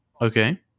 okay